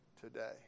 today